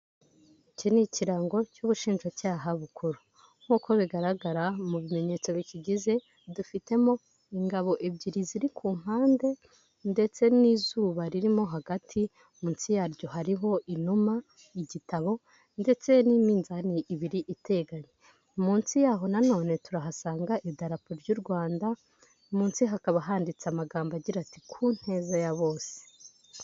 Iki ni ikirango cy'ubushinjacyaha bukuru nk'uko bigaragara mu bimenyetso bikigize dufitemo ingabo ebyiri ziri ku mpande ndetse n'izuba ririmo hagati munsi yaryo hariho inuma igitabo ndetse n'iminzani ibiri iteganye munsi yaho nanone turahasanga idarapo ry'u Rwanda munsi hakaba handitse amagambo agira ati ku neza ya bose.